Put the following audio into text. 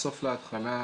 מהסוף להתחלה.